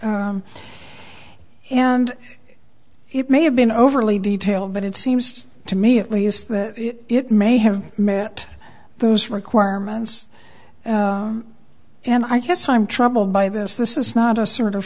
and it may have been overly detail but it seems to me at least that it may have met those requirements and i guess i'm troubled by this this is not a sort of